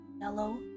yellow